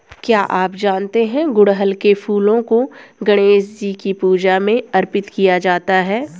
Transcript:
क्या आप जानते है गुड़हल के फूलों को गणेशजी की पूजा में अर्पित किया जाता है?